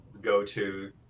go-to